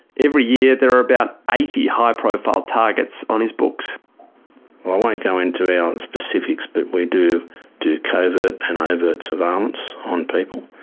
every year, there are about eighty high profile targets on his books. i won't go into our specifics but we do do covert and overt surveillance on people.